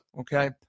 Okay